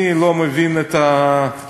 אני לא מבין את הגישה,